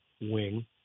wing